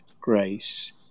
grace